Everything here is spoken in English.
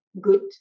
good